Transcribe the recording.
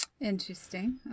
Interesting